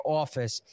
office